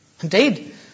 Indeed